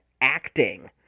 acting